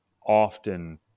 often